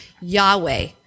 Yahweh